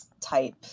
type